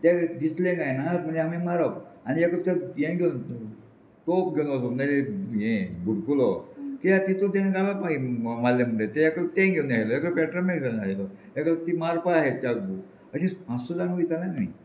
तें दिसले काय ना म्हणजे आमी मारप आनी एकदा ते हे घेवन तोप घेवन वचप हें भुडकुलो कित्याक तितू तेणें घालपा मारलें म्हणजे तें एक तें घेवन आयलो एक पेट्रो मॅक घेवन आयलो एक ती मारपा हे चार अशें पांच स जाणां वयतालें आमी